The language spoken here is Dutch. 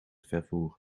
vervoer